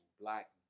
black